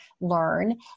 learn